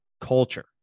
culture